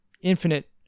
infinite